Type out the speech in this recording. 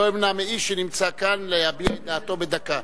לא אמנע מאיש שנמצא כאן להביע את דעתו בדקה.